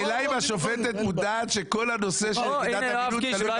השאלה היא אם השופטת מודעת שכל הנושא של יחידת המימון תלוי במטרו.